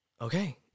okay